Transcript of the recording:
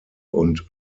und